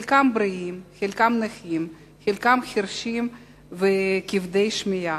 חלקם בריאים, חלקם נכים, חלקם חירשים וכבדי שמיעה,